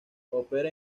opera